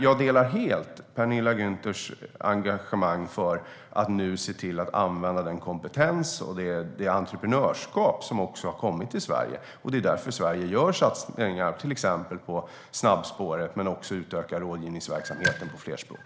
Jag delar helt Penilla Gunthers engagemang för att man nu ska se till att använda den kompetens och det entreprenörskap som har kommit till Sverige. Det är därför som Sverige gör satsningar till exempel på snabbspåret men också utökar rådgivningsverksamheten på fler språk.